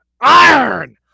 Iron